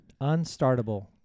Unstartable